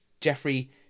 Jeffrey